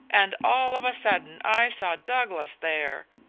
and all of a sudden i saw douglas there.